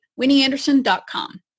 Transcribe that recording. WinnieAnderson.com